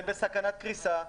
והם בסכנת קריסה,